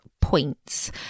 points